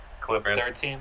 Clippers